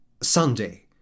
Sunday